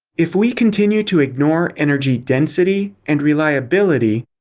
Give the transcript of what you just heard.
if we continue to ignore energy density and reliability,